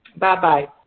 Bye-bye